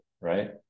right